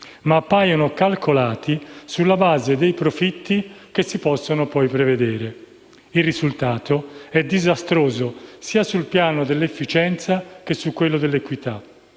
ma appaiono calcolati sulla base dei profitti che si possono prevedere. Il risultato è disastroso sul piano sia dell'efficienza sia dell'equità.